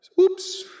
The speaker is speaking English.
oops